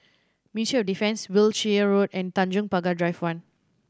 Ministry of Defence Wiltshire Road and Tanjong Pagar Drive One